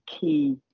key